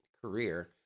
career